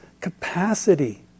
capacity